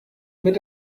mit